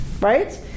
right